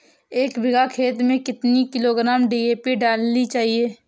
एक बीघा खेत में कितनी किलोग्राम डी.ए.पी डालनी चाहिए?